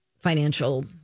financial